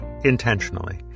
intentionally